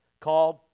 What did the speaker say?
called